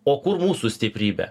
o kur mūsų stiprybė